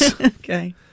Okay